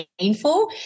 painful